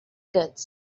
goods